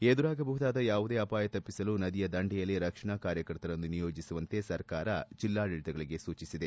ಎದುರಾಗಬಹುದಾದ ಯಾವುದೇ ಅವಾಯ ತಪ್ಪಿಸಲು ನದಿಯ ದಂಡೆಯಲ್ಲಿ ರಕ್ಷಣಾ ಕಾರ್ಯಕರ್ತರನ್ನು ನಿಯೋಜಿಸುವಂತೆ ಸರ್ಕಾರ ಜಿಲ್ಲಾಡಳಿತಗಳಿಗೆ ಸೂಚಿಸಿದೆ